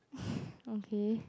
okay